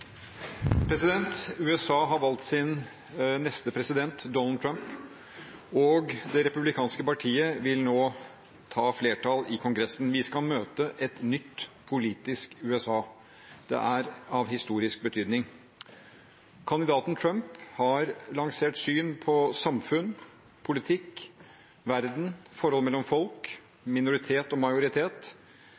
USA har valgt sin neste president, Donald Trump, og det republikanske partiet vil nå få flertall i Kongressen. Vi skal møte et nytt politisk USA. Det er av historisk betydning. Kandidaten Trump har lansert et syn på samfunn, politikk, verden, forhold mellom folk, minoritet og majoritet